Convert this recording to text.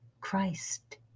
Christ